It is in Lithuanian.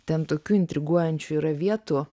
ten tokių intriguojančių yra vietų